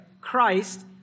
Christ